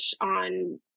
on